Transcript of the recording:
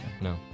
No